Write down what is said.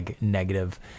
negative